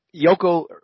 Yoko